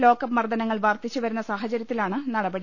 lockup മർദ്ദനങ്ങൾ വർദ്ധിച്ചുവരുന്ന സാഹചര്യത്തിലാണ് നടപടി